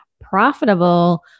profitable